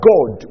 God